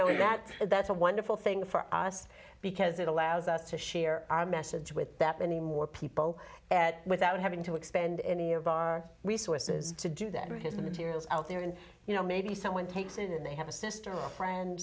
know that that's a wonderful thing for us because it allows us to share our men with that many more people at without having to expend any of our resources to do that here's the materials out there and you know maybe someone takes in and they have a sister or friend